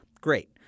Great